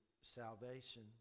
salvation